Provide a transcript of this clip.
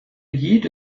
jede